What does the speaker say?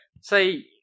say